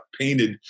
painted